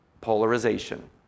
Polarization